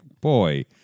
boy